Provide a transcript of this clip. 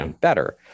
better